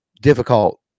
difficult